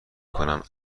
کنم